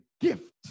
gift